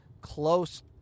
close